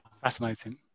Fascinating